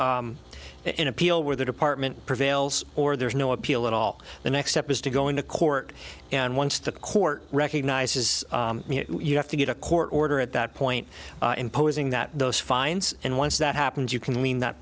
o in appeal where the department prevails or there's no appeal at all the next step is to go into court and once the court recognizes you have to get a court order at that point imposing that those fines and once that happens you can lean that